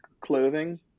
clothing